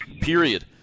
period